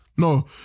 No